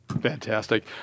Fantastic